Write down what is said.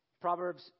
Proverbs